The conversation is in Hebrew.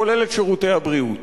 כולל את שירותי הבריאות.